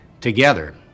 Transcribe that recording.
together